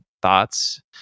Thoughts